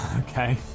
Okay